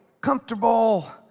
comfortable